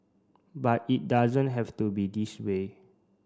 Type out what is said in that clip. but it doesn't have to be this way